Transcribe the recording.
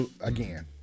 again